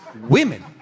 women